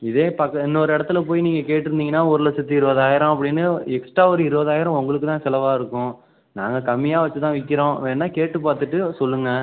இதே பக்க இன்னொரு இடத்துல போய் நீங்கள் கேட்டுருந்திங்கன்னா ஒரு லட்சத்தி இருபதாயிரம் அப்படின்னு எக்ஸ்ட்ரா ஒரு இருபதாயிரம் உங்களுக்கு தான் செலவா இருக்கும் நாங்கள் கம்மியாக வச்சு தான் விற்கிறோம் வேணால் கேட்டு பார்த்துட்டு சொல்லுங்கள்